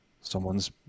someone's